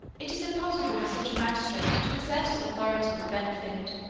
it is impossible for such a magistrate to exert his authority with benefit,